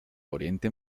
oriente